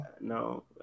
no